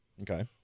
Okay